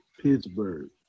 Pittsburgh